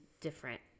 different